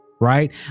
right